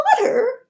Water